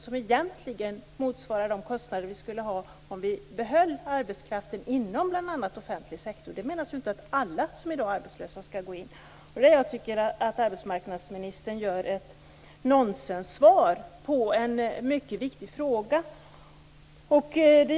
Dessa kostnader motsvarar de kostnader som vi skulle ha om vi behöll arbetskraften inom bl.a. den offentliga sektorn. Men det betyder inte att alla arbetslösa skall gå in där. Jag tycker att arbetsmarknadsministern ger ett nonsenssvar på en mycket viktig fråga.